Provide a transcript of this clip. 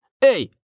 Hey